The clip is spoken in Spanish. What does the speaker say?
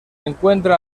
encuentra